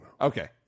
Okay